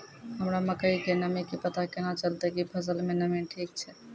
हमरा मकई के नमी के पता केना चलतै कि फसल मे नमी ठीक छै?